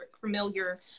familiar